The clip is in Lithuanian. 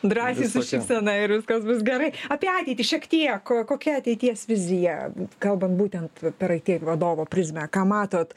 drąsiai su šypsena ir viskas bus gerai apie ateitį šiek tiek ko kokia ateities vizija kalbant būtent per aiti vadovo prizmę ką matot